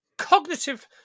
cognitive